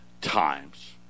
times